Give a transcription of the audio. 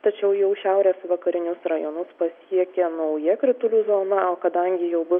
tačiau jau šiaurės vakarinius rajonus pasiekė nauja kritulių zona o kadangi jau bus